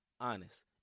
honest